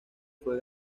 fue